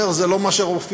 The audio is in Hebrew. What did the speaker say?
אומר: זה לא מה שמופיע.